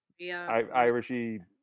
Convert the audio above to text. Irishy